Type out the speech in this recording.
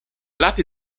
lati